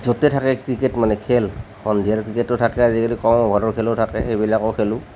য'তে থাকে ক্ৰিকেট মানে খেল সন্ধিয়াৰ ক্ৰিকেটো থাকে আজিকালি কম অভাৰৰ খেলো থাকে সেইবিলাকো খেলোঁ